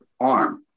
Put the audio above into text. arm